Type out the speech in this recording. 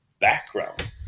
background